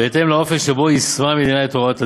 בהתאם לאופן שבו יישמה המדינה את הוראות הדין.